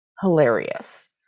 hilarious